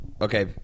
Okay